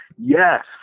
yes